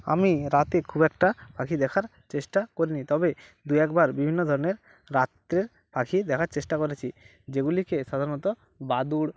আমি রাতে খুব একটা পাখি দেখার চেষ্টা করিনি তবে দুই একবার বিভিন্ন ধরনের রাত্রের পাখি দেখার চেষ্টা করেছি যেগুলিকে সাধারণত বাদুর